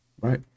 Right